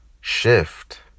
shift